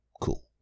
Cool